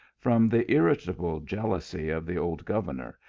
from the irritable jealousy of the old governor,